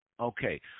Okay